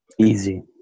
Easy